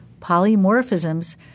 polymorphisms